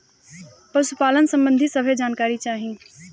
पशुपालन सबंधी सभे जानकारी चाही?